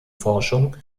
forschung